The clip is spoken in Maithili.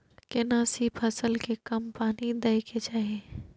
केना सी फसल के कम पानी दैय के चाही?